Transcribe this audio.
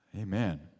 Amen